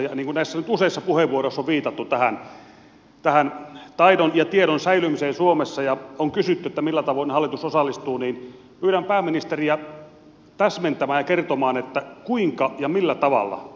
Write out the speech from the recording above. ja niin kuin nyt näissä useissa puheenvuoroissa on viitattu tähän taidon ja tiedon säilymiseen suomessa ja on kysytty että millä tavoin hallitus osallistuu niin pyydän pääministeriä täsmentämään ja kertomaan että kuinka ja millä tavalla